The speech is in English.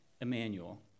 Emmanuel